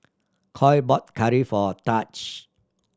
Coy bought curry for Tahj